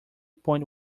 point